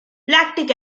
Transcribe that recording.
lactic